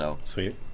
Sweet